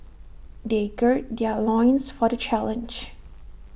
they gird their loins for the challenge